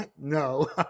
No